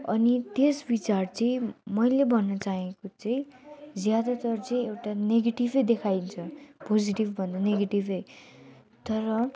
अनि त्यस विचार चाहिँ मैले भन्न चाहेको चाहिँ ज्यादातर चाहिँ एउटा नेगेटिभै देखाइन्छ पोजिटिभ भन्दा नेगेटिभै तर